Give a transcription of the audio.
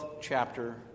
chapter